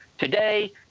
Today